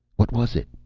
what was it?